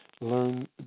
learn